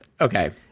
Okay